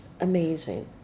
amazing